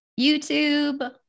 YouTube